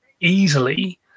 easily